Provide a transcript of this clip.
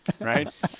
right